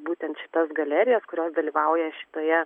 būtent šitas galerijas kurios dalyvauja šitoje